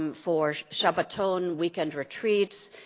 um for shabbaton weekend retreats,